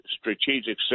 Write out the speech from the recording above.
strategic